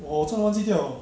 我真的忘记掉